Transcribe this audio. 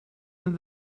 and